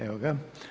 Evo ga.